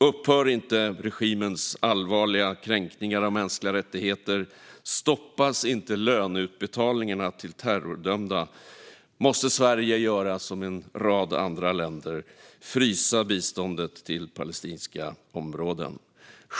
Upphör inte regimens allvarliga kränkningar av mänskliga rättigheter och stoppas inte löneutbetalningarna till terrordömda måste Sverige göra som en rad andra länder och frysa biståndet till palestinska områden.